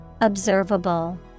Observable